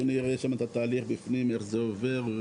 נראה שם את התהליך בפנים איך זה הולך.